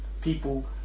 people